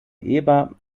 eber